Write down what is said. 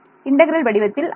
integral வடிவத்தில் அல்ல